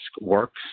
works